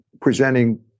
presenting